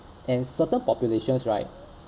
and certain populations right